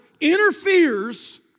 interferes